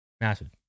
Massive